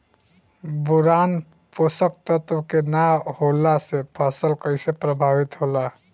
Boron पोषक तत्व के न होला से फसल कइसे प्रभावित होला?